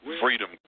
Freedom